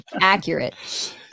accurate